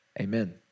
Amen